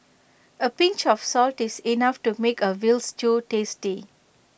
A pinch of salt is enough to make A Veal Stew tasty